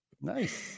Nice